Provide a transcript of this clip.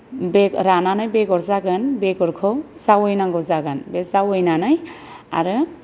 बे रानानै बेगर जागोन बेगरखौ जावैयनांगौ जागोन बे जावैयनानै आरो